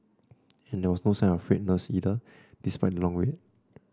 and there was no sign of frayed nerves either despite the long wait